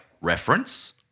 reference